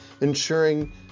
ensuring